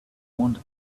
want